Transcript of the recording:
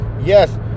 Yes